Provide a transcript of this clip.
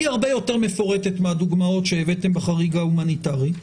היא הרבה יותר מפורטת מהדוגמאות שהבאתם בחריג ההומניטרי,